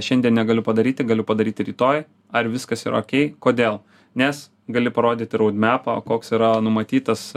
šiandien negaliu padaryti galiu padaryti rytoj ar viskas yra okei kodėl nes gali parodyti raudmepą koks yra numatytas